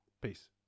Peace